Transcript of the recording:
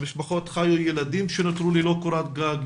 במשפחות חיו ילדים שנותרו ללא קורת גג,